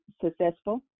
successful